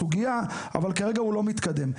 אבל כרגע החוק לא מתקדם.